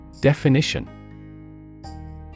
Definition